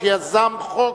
שיזם חוק